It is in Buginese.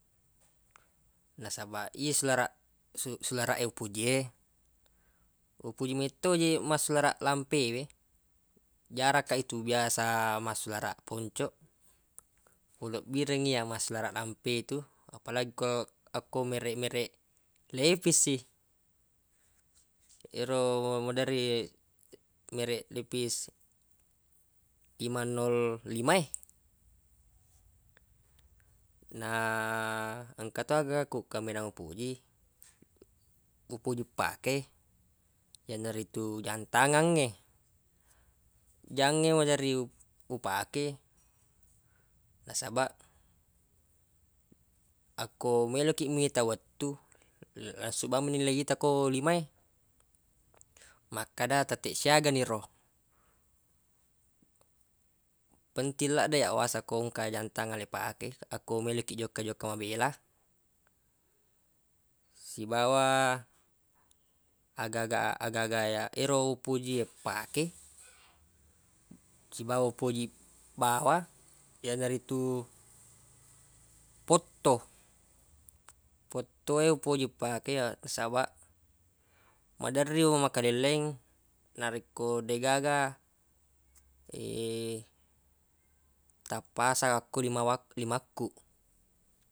Nasabaq ye sularaq sularaq e upojie upoji metto je massularaq lampe we jarakka itu biasa massularaq poncoq ulebbirengngi iyyaq massularaq lampe e tu apalagi ko akko mereq-mereq lefis i ero maderri mereq lepis lima nol lima e. Na engka to agagakku kaminang upoji upoji pakei yanaritu jang tangangnge jangnge maderri upake nasabaq akko meloq kiq mita wettu la- langsung bawammi le yita ko lima e makkada tetteq siaga ni ro penting laddeq iyyaq waseng ko engka jang tangang le pake akko meloq kiq jokka-jokka mabela. Sibawa agaga agaga yero upojie pake sibawa upoji bawa yanaritu potto fottu e upoji pake ya- nasabaq maderri o makalelleng narekko deq gaga tappasang okko limawa- limakku.